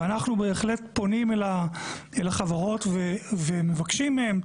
אנחנו בהחלט פונים אל החברות ומבקשים מהם,